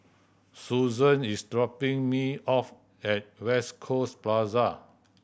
Susanne is dropping me off at West Coast Plaza